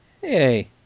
hey